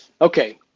Okay